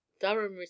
Durham